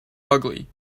ugly